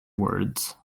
words